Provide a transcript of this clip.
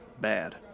Bad